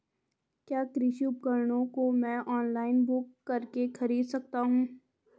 क्या कृषि उपकरणों को मैं ऑनलाइन बुक करके खरीद सकता हूँ?